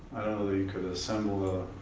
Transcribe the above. that you could assemble a